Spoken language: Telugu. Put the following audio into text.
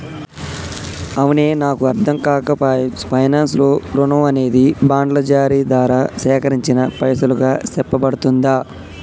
అవునే నాకు అర్ధంకాక పాయె పైనాన్స్ లో రుణం అనేది బాండ్ల జారీ దారా సేకరించిన పైసలుగా సెప్పబడుతుందా